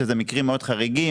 שזה מקרים מאוד חריגים,